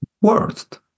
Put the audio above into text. worst